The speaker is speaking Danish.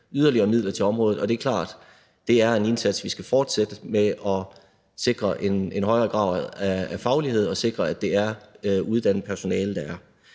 yderligere midler til området. Det er klart, at det er en indsats, vi skal fortsætte, og vi skal sikre en højere grad af faglighed, og at det er uddannet personale, der er